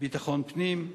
ביטחון פנים,